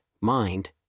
mind